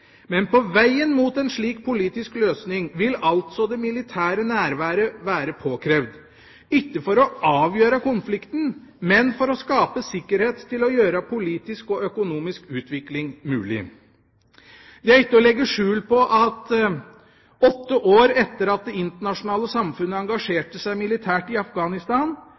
Men på veien mot en slik politisk løsning vil altså det militære nærværet være påkrevd – ikke for å avgjøre konflikten, men for å skape sikkerhet til å gjøre politisk og økonomisk utvikling mulig. Det er ikke til å legge skjul på at åtte år etter at det internasjonale samfunnet engasjerte seg militært i Afghanistan,